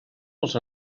els